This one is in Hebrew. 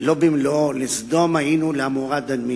לא במלואו: לסדום היינו, לעמורה דמינו.